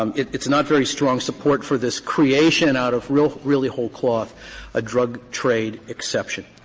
um it's not very strong support for this creation out of really really whole cloth a drug trade exception.